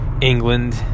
England